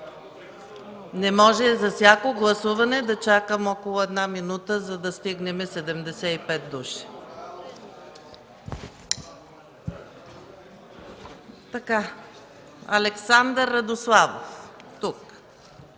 Не може за всяко гласуване да чакам около една минута, за да стигнем 75 души. Александър Владимиров